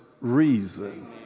reason